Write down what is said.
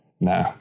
nah